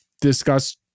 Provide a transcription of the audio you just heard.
discuss